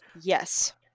Yes